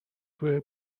توی